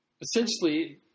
essentially